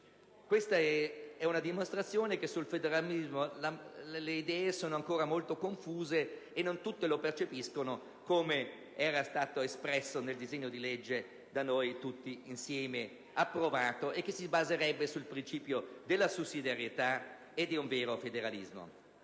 Questa è una dimostrazione che sul federalismo le idee sono ancora molto confuse e non tutti lo percepiscono come era stato espresso nel disegno di legge da noi tutti approvato, che si baserebbe sul principio della sussidiarietà. Intanto, vengono